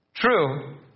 True